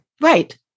Right